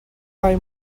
lai